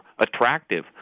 attractive